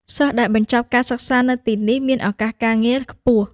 សិស្សដែលបញ្ចប់ការសិក្សានៅទីនេះមានឱកាសការងារខ្ពស់។